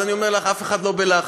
אז אני אומר לך: אף אחד לא בלחץ.